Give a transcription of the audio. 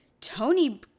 tony